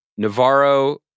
Navarro